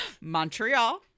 Montreal